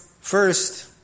First